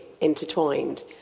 intertwined